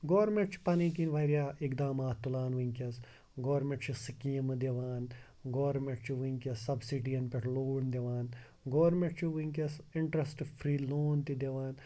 government چھِ پَنٕنۍ کِنۍ واریاہ اِقدامات تُلان وٕنکٮ۪س گورمٮ۪نٹ چھِ سِکیٖمہٕ دِوان گورمٮ۪ٹ چھُ وٕنکٮ۪س سَبسِٹِیَن پٮ۪ٹھ لون دِوان گورمٮ۪نٹ چھُ وٕنکٮ۪س اِنٹرسٹ فرٛی لون تہِ دِوان